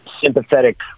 sympathetic